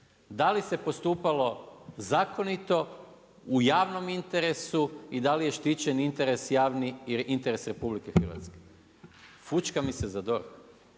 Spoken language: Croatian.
Da li se postupalo zakonito, u javnom interesu i dali je štićeni interes javni i interes RH. Fućka mi se za DORH.